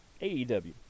AEW